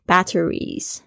Batteries